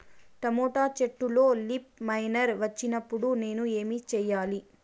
Tomato చెట్టులో leaf miner వచ్చినప్పుడు నేను ఏమి చెయ్యాలి?